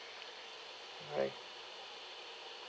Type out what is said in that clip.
alright